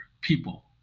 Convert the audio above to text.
people